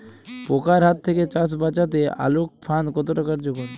পোকার হাত থেকে চাষ বাচাতে আলোক ফাঁদ কতটা কার্যকর?